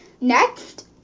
next